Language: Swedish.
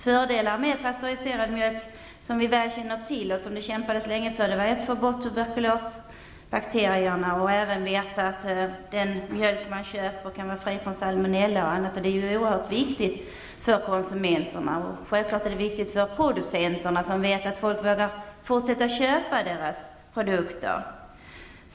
Fördelar, som vi väl känner till och som det länge kämpades för, med pastöriserad mjölk är att man får bort tuberkulosbakterierna, och även att konsumenterna vet att den mjölk de köper är fri från bl.a. salmonella. Det är oerhört viktigt för dem. Självfallet är det också viktigt för producenterna att folk vågar fortsätta att köpa deras produkter.